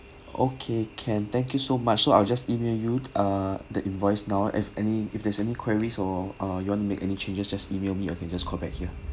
okay can thank you so much so I will just email you ah the invoice now have any if there's any queries or ah you want make any changes just email me or you can just call back here